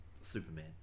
superman